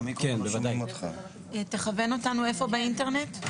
תכוון אותנו איפה באינטרנט.